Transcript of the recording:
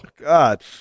God